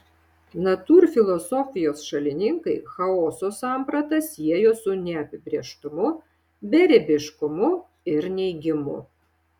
natūrfilosofijos šalininkai chaoso sampratą siejo su neapibrėžtumu beribiškumu ir neigimu